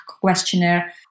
questionnaire